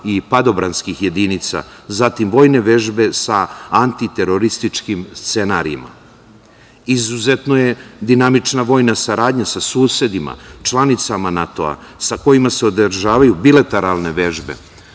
i padobranskih jedinica, zatim vojne vežbe sa anti-terorističkim scenarijima. Izuzetno je dinamična vojna saradnja sa susedima članicama NATO-a, sa kojima se održavaju bilateralne vežbe.